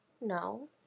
No